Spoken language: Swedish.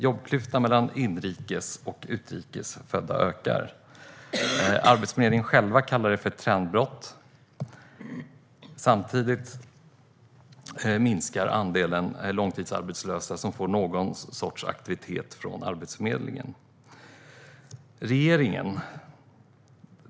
Jobbklyftan mellan inrikes och utrikes födda ökar. Arbetsförmedlingen själva kallar det ett trendbrott. Samtidigt minskar andelen långtidsarbetslösa som får någon sorts aktivitet från Arbetsförmedlingen.